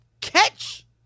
catch